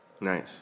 Nice